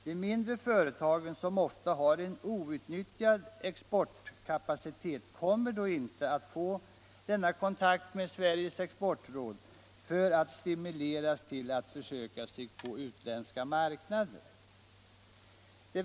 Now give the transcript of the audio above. De mindre företagen, som ofta har en outnyttjad exportkapacitet, kommer då icke att få denna kontakt med Sveriges exportråd för att stimuleras till att försöka sig på utländska marknader.